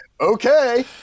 okay